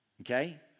okay